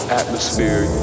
atmosphere